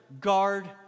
Guard